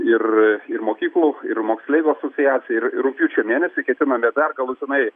ir ir mokyklų ir moksleivių asociacija ir ir rugpjūčio mėnesį ketiname dar galutinai